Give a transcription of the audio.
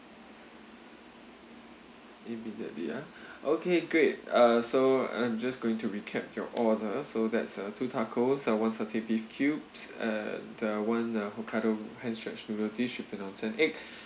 immediately ah okay great uh so I'm just going to recap your orders so that's uh two tacos and one satay beef cubes and the one uh hokkaido hand stretched noodle dish with an onsen egg